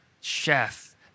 chef